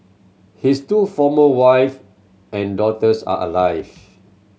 his two former wife and daughters are alive